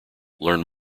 learn